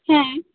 হ্যাঁ